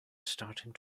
starting